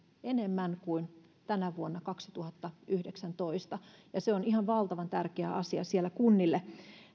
enemmän kuin tänä vuonna kaksituhattayhdeksäntoista ja se on ihan valtavan tärkeä asia siellä kunnille